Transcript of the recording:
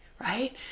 right